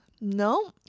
No